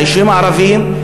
של היישובים הערביים,